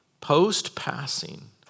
post-passing